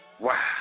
Wow